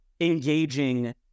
engaging